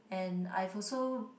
and I've also